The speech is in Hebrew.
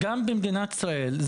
גם במדינת ישראל,